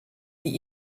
die